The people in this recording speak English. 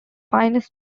finest